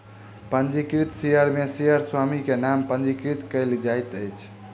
पंजीकृत शेयर में शेयरक स्वामी के नाम पंजीकृत कयल जाइत अछि